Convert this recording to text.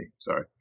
Sorry